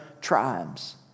tribes